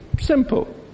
Simple